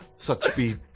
such be.